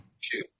shoot